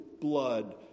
blood